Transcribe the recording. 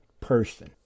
person